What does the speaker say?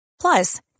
Plus